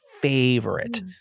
favorite